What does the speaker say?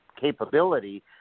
capability